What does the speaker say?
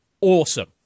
awesome